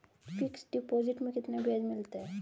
Fix deposit में कितना ब्याज मिलता है?